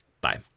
Bye